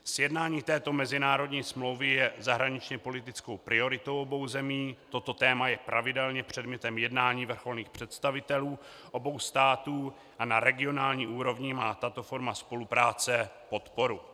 Sjednání této mezinárodní smlouvy je zahraničněpolitickou prioritou obou zemí, toto téma je pravidelně předmětem jednání vrcholných představitelů obou států a na regionální úrovni má tato forma spolupráce podporu.